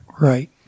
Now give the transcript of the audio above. Right